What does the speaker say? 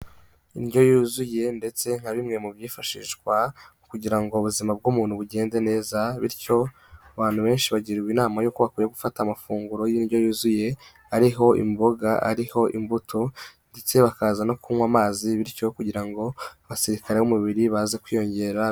Indyo yuzuye ndetse nka bimwe mu byifashishwa kugira ngo ubuzima bw'umuntu bugende neza bityo abantu benshi bagirwa inama y'uko bakwiye gufata amafunguro y'indyo yuzuye, ariho imboga, ariho imbuto ndetse bakaza no kunywa amazi bityo kugira ngo abasirikare b'umubiri baze kwiyongera.